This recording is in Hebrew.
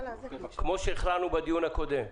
כמו שהכרענו בדיון הקודם.